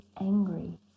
angry